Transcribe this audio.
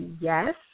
Yes